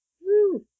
Woo